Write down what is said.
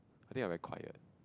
I think I very quiet